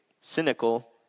cynical